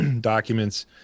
documents